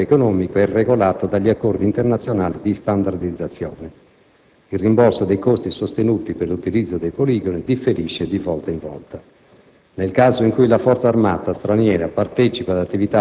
In particolare, per le esercitazioni NATO, l'aspetto economico è regolato dagli accordi internazionali di standardizzazione. Il rimborso dei costi sostenuti per l'utilizzo dei poligoni differisce di volta in volta.